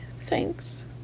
thanks